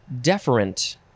deferent